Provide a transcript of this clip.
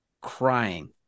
crying